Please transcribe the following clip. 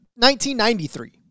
1993